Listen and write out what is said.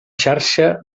xarxa